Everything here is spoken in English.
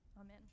amen